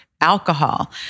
alcohol